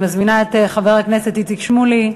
אני מזמינה את חבר הכנסת איציק שמולי,